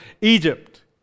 Egypt